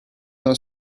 are